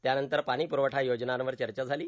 त्यानंतर पाणीप्रवठा योजनांवर चर्चा झाली